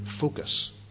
focus